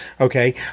Okay